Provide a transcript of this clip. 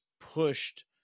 pushed